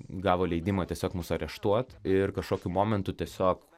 gavo leidimą tiesiog mus areštuot ir kažkokiu momentu tiesiog